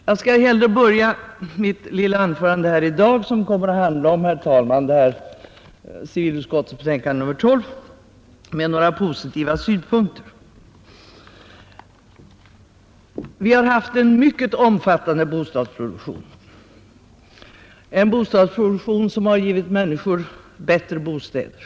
Jag skall hellre börja mitt lilla anförande i dag, som kommer att handla om civilutskottets betänkande nr 12, med några positiva synpunkter. Vi har haft en mycket omfattande bostadsproduktion, en produktion som givit människorna bättre bostäder.